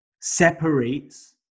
separates